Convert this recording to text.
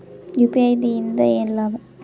UPI ಇಂದ ಏನ್ ಲಾಭ?